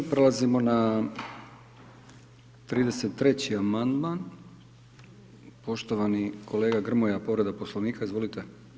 Prelazimo na 33. amandman poštovani kolega Grmoja povreda Poslovnika, izvolite.